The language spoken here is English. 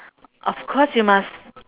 of course you must